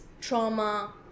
trauma